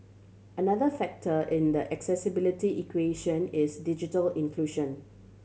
another factor in the accessibility equation is digital inclusion